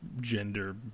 gender